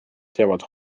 teavad